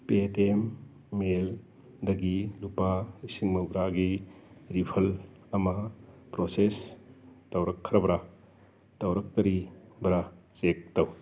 ꯄꯦꯇꯦꯑꯦꯝ ꯃꯦꯜꯗꯒꯤ ꯂꯨꯄꯥ ꯂꯤꯁꯤꯡ ꯃꯔꯤꯐꯨꯇꯔꯥꯒꯤ ꯔꯤꯐꯜ ꯑꯃ ꯄ꯭ꯔꯣꯁꯦꯁ ꯇꯧꯔꯛꯈ꯭ꯔꯕ꯭ꯔ ꯇꯧꯔꯛꯇ꯭ꯔꯤꯕ꯭ꯔ ꯆꯦꯛ ꯇꯧ